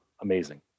amazing